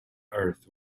earth